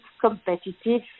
competitive